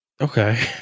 okay